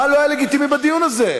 מה לא היה לגיטימי בדיון הזה?